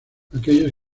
aquellos